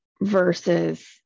versus